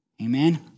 Amen